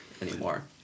anymore